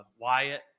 Wyatt